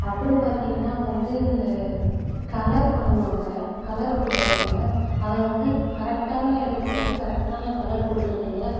அப்றம் பார்த்தீங்கனா வந்து இந்த கலர் பண்ணுவாங்க கலர் கொடுப்பாங்க அதை வந்து கரெக்டான இடத்துக்கு வந்து கரெக்டான கலர் கொடுக்குறது இல்லை